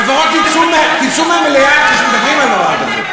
לפחות תצאו מהמליאה כשמדברים על הדבר הזה.